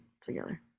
together